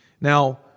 Now